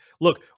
look